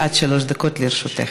עד שלוש דקות לרשותך.